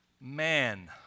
man